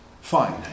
Fine